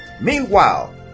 meanwhile